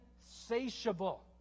insatiable